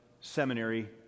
seminary